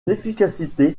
efficacité